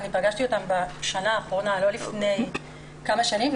פגשתי אותן השנה ולא לפני שנים.